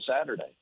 Saturday